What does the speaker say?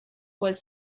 was